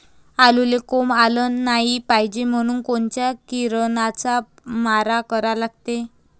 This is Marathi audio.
आलूले कोंब आलं नाई पायजे म्हनून कोनच्या किरनाचा मारा करा लागते?